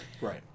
Right